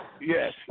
Yes